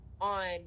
on